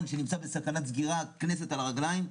שנמצא בסכנת סגירה הכנסת על הרגליים.